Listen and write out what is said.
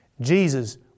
Jesus